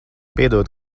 piedod